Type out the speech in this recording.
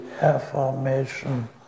affirmation